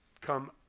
come